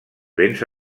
béns